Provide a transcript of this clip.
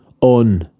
On